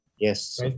Yes